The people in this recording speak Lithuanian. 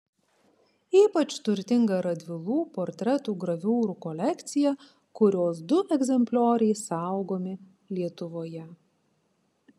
ypač turtinga radvilų portretų graviūrų kolekcija kurios du egzemplioriai saugomi lietuvoje